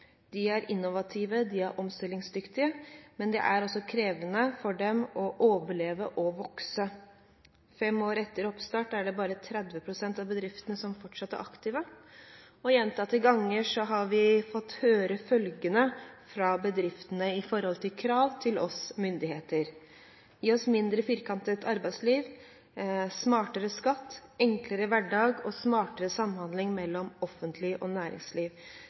De er innovative, de er omstillingsdyktige, men det er krevende for dem å overleve og vokse. Fem år etter oppstart er det bare 30 pst. av bedriftene som fortsatt er aktive. Gjentatte ganger har vi fått høre følgende fra bedriftene om krav til myndighetene: Gi oss mindre firkantet arbeidsliv, smartere skatt, enklere hverdag og smartere samhandling mellom det offentlige og næringsliv.